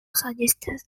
suggested